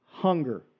hunger